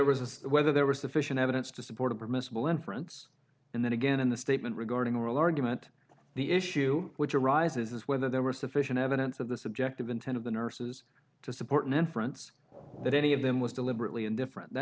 was a whether there was sufficient evidence to support a permissible inference and then again in the statement regarding oral argument the issue which arises is whether there was sufficient evidence of the subjective intent of the nurses to support an inference that any of them was deliberately indifferent that